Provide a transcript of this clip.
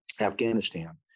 Afghanistan